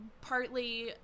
partly